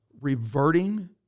reverting